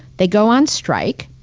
they go on strike.